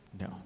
No